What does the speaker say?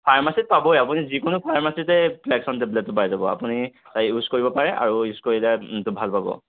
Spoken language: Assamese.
ফাৰ্মাচিত পাবই আপুনি যিকোনো ফাৰ্মাচিতে ফ্লেকচন টেবলেটটো পাই যাব আপুনি ইউজ কৰিব পাৰে আৰু ইউজ কৰিলে এইটো ভাল পাব